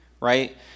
right